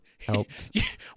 Helped